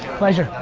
pleasure.